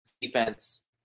defense